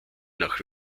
nach